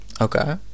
Okay